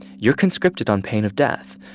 you're conscripted on pain of death.